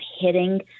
hitting